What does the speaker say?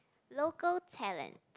local talent